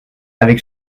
avec